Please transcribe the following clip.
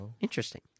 Interesting